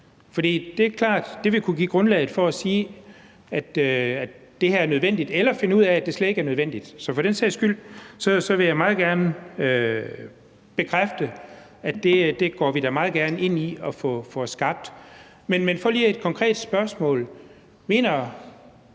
det vil kunne give grundlag for at sige, at det her er nødvendigt, eller at finde ud af, at det slet ikke er nødvendigt. Så for den sags skyld vil jeg meget gerne bekræfte, at det går vi da meget gerne ind i at få skabt. Men for lige at vende tilbage